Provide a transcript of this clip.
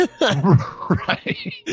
Right